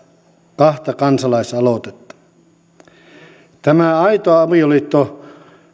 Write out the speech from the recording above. kahta kansalaisaloitetta nämä aito avioliitto